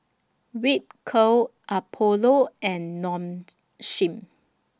Ripcurl Apollo and Nong Shim